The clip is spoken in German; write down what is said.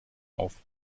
auf